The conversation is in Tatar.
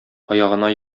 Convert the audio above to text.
аягына